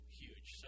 huge